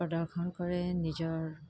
প্ৰদৰ্শন কৰে নিজৰ